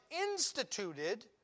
instituted